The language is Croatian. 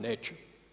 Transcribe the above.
Neće.